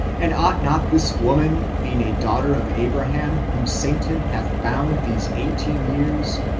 and ought not this woman, being a daughter of abraham, whom satan hath bound these eighteen years,